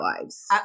lives